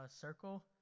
Circle